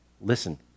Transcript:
Listen